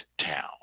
town